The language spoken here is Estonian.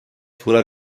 suure